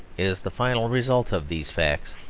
is the final result of these facts,